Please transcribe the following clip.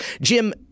Jim